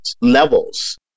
levels